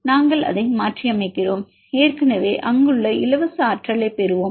நாங்கள் அதை மாற்றியமைக்கிறோம் ஏற்கனவே அங்குள்ள இலவச ஆற்றலைப் பெறுவோம்